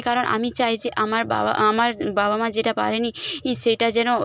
কারণ আমি চাই যে আমার বাবা আমার বাবা মা যেটা পারেনি ই সেটা যেন